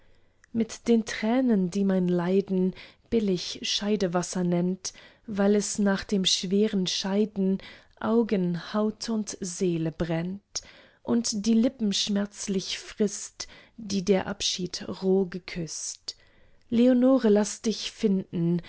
mit den tränen die mein leiden billig scheidewasser nennt weil es nach dem schweren scheiden augen haut und seele brennt und die lippen schmerzlich frißt die der abschied roh geküßt leonore laß dich finden